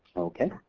okay.